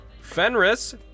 Fenris